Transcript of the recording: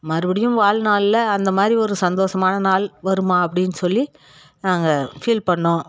மறுபடியும் வாழ்நாளில் அந்தமாதிரி ஒரு சந்தோஷமான நாள் வருமா அப்படின்னு சொல்லி நாங்கள் ஃபீல் பண்ணிணோம்